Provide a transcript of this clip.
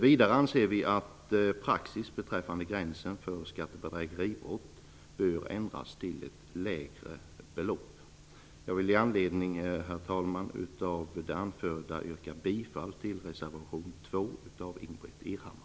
Vidare anser vi att praxis beträffande gränsen för skattebedrägeribrott bör ändras till ett lägre belopp. Jag vill med anledning av det anförda, herr talman, yrka bifall till reservation 2 av Ingbritt Irhammar.